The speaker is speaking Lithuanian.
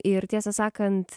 ir tiesą sakant